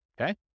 okay